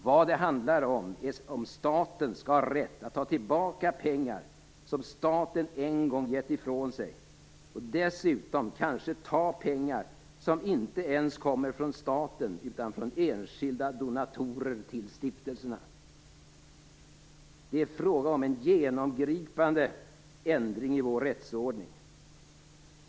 Vad det handlar om är om staten skall ha rätt att ta tillbaka pengar som staten en gång gett ifrån sig och dessutom kanske ta pengar som inte ens kommer från staten utan från enskilda donatorer till stiftelserna. Det är fråga om en genomgripande ändring i vår rättsordning.